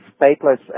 stateless